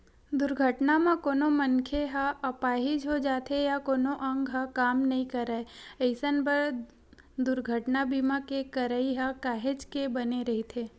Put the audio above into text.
दुरघटना म कोनो मनखे ह अपाहिज हो जाथे या कोनो अंग ह काम नइ करय अइसन बर दुरघटना बीमा के करई ह काहेच के बने रहिथे